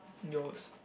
yours